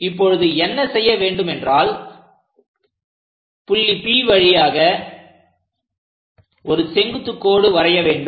இப்பொழுது என்ன செய்ய வேண்டும் என்றால் புள்ளி P வழியாக ஒரு செங்குத்து கோடு வரைய வேண்டும்